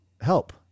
help